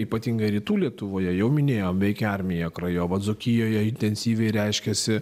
ypatingai rytų lietuvoje jau minėjom veikė armija krajova dzūkijoje intensyviai reiškėsi